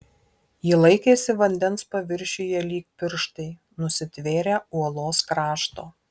ji laikėsi vandens paviršiuje lyg pirštai nusitvėrę uolos krašto